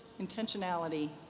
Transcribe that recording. intentionality